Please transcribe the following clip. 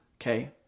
okay